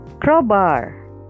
Crowbar